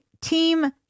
Team